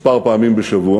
מספר פעמים בשבוע.